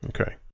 okay